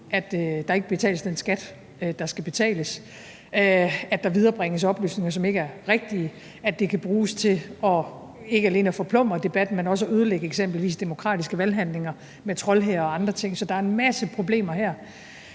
at der ikke betales den skat, der skal betales, at der viderebringes oplysninger, som ikke er rigtige, at det kan bruges til ikke alene at forplumre debatten, men også at ødelægge eksempelvis demokratiske valghandlinger med trollhære og andre ting. Så der er en masse problemer her.